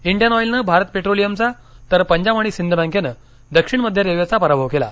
Indian ऑईलनं भारत पेट्रोलियमचा तर पंजाब तसंच सिंध बँकेनं दक्षिण मध्य रेल्वेचा पराभव केला